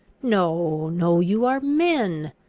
no, no, you are men!